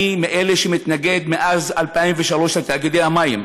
אני מאלה שמתנגדים מאז 2003 לתאגידי המים.